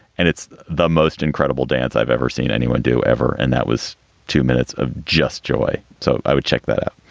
and it's the most incredible dance i've ever seen anyone do ever. and that was two minutes of just joy. so i would check that out.